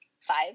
five